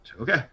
Okay